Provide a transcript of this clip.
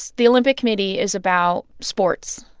the olympic committee is about sports.